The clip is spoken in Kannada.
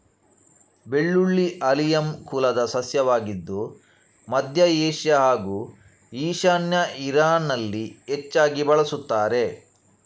ಬೆಳ್ಳುಳ್ಳಿ ಆಲಿಯಮ್ ಕುಲದ ಸಸ್ಯವಾಗಿದ್ದು ಮಧ್ಯ ಏಷ್ಯಾ ಹಾಗೂ ಈಶಾನ್ಯ ಇರಾನಲ್ಲಿ ಹೆಚ್ಚಾಗಿ ಬಳಸುತ್ತಾರೆ